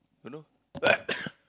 don't know